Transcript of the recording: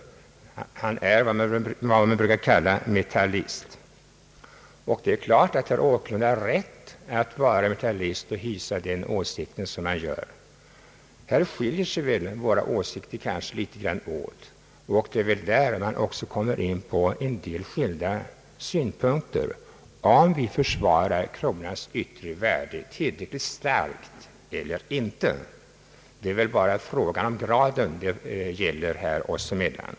Han är vad man brukar kalla en metallist. Det är klart att herr Åkerlund har rätt att vara metallist och hysa den åsikt han gör. Här skiljer sig våra åsikter åt, och det är därför vi kommer in på skilda synpunkter beträffande frågan om vi försvarar kronans yttre värde tillräckligt starkt eller inte. Diskussionen oss emellan gäller väl bara graden.